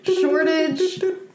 Shortage